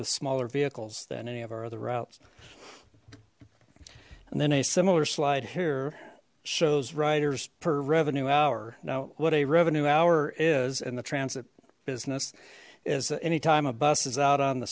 with smaller vehicles than any of our other routes and then a similar slide here shows riders per revenue hour now what a revenue hour is in the transit business is anytime a bus is out on the